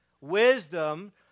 Wisdom